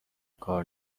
کار